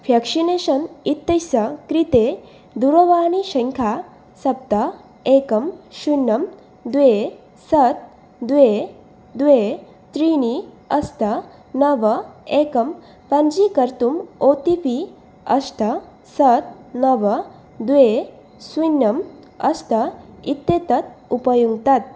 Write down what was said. vaccination इत्यस्य कृते दुरवाणीसङ्ख्या सप्त एकं शून्यं द्वे षट् द्वे द्वे त्रीणि अष्ट नव एकं पञ्जीकर्तुम् ओ ति पि अष्ट षट् नव द्वे स्वीन्नम् अष्ट इत्येतत् उपयुङ्क्तात्